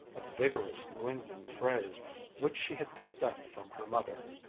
a vigorous new england phrase which she had picked up from her mother.